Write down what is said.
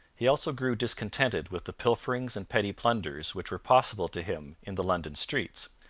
he also grew discontented with the pilferings and petty plunders which were possible to him in the london streets,